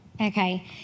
Okay